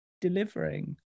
delivering